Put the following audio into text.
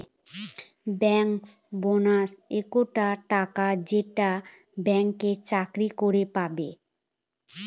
bankers bonus একটা টাকা যেইটা ব্যাঙ্কে চাকরি করে পাবো